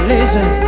Listen